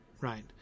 right